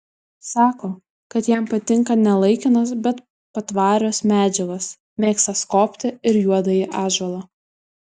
sako kad jam patinka ne laikinos bet patvarios medžiagos mėgsta skobti ir juodąjį ąžuolą